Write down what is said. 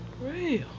real